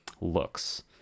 looks